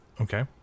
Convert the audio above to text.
Okay